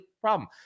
problem